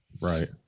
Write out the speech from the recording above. Right